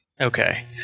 Okay